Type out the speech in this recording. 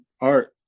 art